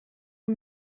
een